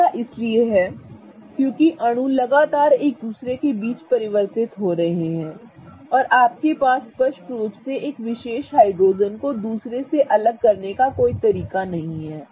ऐसा इसलिए है क्योंकि अणु लगातार एक दूसरे के बीच परिवर्तित हो रहे हैं और आपके पास स्पष्ट रूप से एक विशेष हाइड्रोजन को दूसरे से अलग करने का कोई तरीका नहीं है